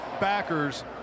backers